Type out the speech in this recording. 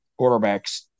quarterbacks